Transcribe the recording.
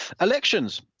elections